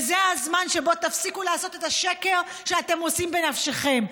וזה הזמן שבו תפסיקו את השקר שאתם עושים בנפשכם.